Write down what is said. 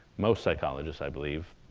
most psychologists, i believe,